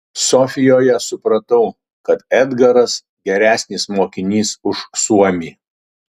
sofijoje supratau kad edgaras geresnis mokinys už suomį